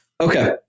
okay